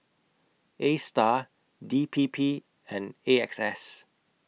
ASTAR D P P and A X S